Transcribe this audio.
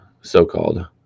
so-called